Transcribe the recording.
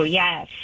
yes